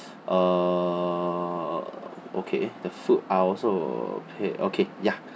uh okay the food are also paid okay ya